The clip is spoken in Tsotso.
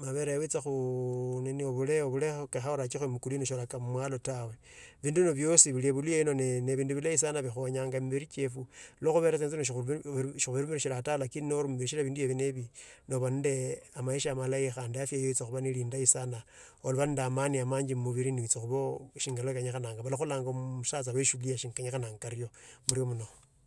mabele wiche khuu nini khubele khubule bula ekhora echape mukulini shora kama mwalo tawe. Vindu vino vyosi vili vilinyaino ne ne vindu vulayi sana vinkhonyange mmerichefwu lokhopere shira tawe lakini noru vine vii. Noba ba ninde amaisha amalahi khande fe yesu khupana ilinda sana, khulapanda amani amanji mukirini isokopho eshingalakenyakananga, pokhololanga mm musacha kenyakha kabe kario morio muno.